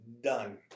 Done